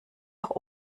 auch